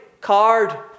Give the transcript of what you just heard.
card